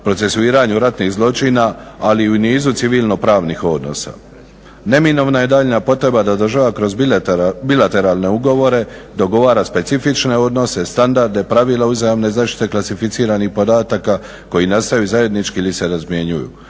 procesuiranju ratnih zločina ali i u niz civilno-pravnih odnosa. Neminovna je daljnja potreba da država kroz bilateralne ugovore dogovara specifične odnose, standarde, pravila uzajamne zaštite klasificiranih podataka koji nastaju zajednički ili se razmjenjuju.